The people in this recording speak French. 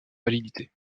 validité